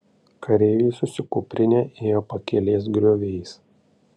kareiviai susikūprinę ėjo pakelės grioviais